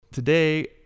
Today